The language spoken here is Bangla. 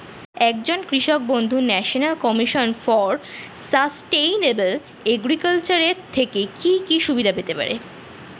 একজন কৃষক বন্ধু national commission for sustainable agriculture এর থেকে কি কি সুবিধা পেতে পারে?